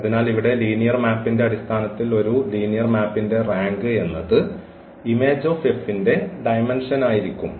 അതിനാൽ ഇവിടെ ലീനിയർ മാപ്പിന്റെ അടിസ്ഥാനത്തിൽ ഒരു ലീനിയർ മാപ്പിന്റെ റാങ്ക് എന്നത് Image of F ന്റെ ഡയമെന്ഷനായിരിക്കും